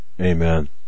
Amen